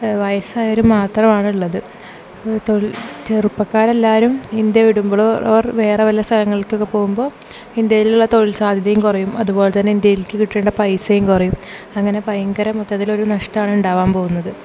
വയസ്സായവർ മാത്രാണുള്ളത് തൊഴിൽ ചെറുപ്പക്കാർ എല്ലാവരും ഇന്ത്യ വിടുമ്പോൾ ഓർ വേറെ വല്ല സ്ഥലങ്ങളിലൊക്കെ പോകുമ്പോൾ ഇന്ത്യയിലുള്ള തൊഴിൽ സാധ്യതയും കുറയും അതുപോലെ തന്നെ ഇന്ത്യയിലേക്ക് കിട്ടേണ്ട പൈസയും കുറയും അങ്ങനെ ഭയങ്കര മൊത്തത്തിലൊരു നഷ്ടമാണ് ഉണ്ടാവാൻ പോകുന്നത്